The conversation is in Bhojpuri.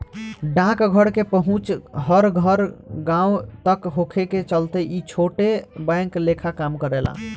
डाकघर के पहुंच हर एक गांव तक होखे के चलते ई छोट बैंक लेखा काम करेला